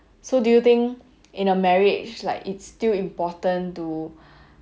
so do you think in a marriage like it's still important to